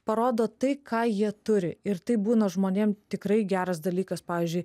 parodo tai ką jie turi ir tai būna žmonėm tikrai geras dalykas pavyzdžiui